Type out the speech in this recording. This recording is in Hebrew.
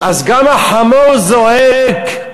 גם החמור זועק,